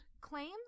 claims